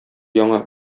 яңа